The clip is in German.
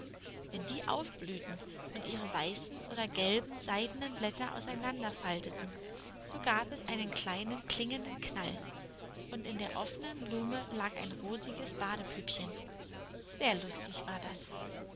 wenn die aufblühten und ihre weißen oder gelben seidenen blätter auseinanderfalteten so gab es einen kleinen klingenden knall und in der offenen blume lag ein rosiges badepüppchen sehr lustig war das